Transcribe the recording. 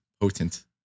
potent